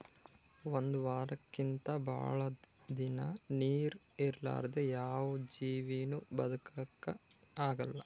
ಒಂದ್ ವಾರಕ್ಕಿಂತ್ ಭಾಳ್ ದಿನಾ ನೀರ್ ಇರಲಾರ್ದೆ ಯಾವ್ ಜೀವಿನೂ ಬದಕಲಕ್ಕ್ ಆಗಲ್ಲಾ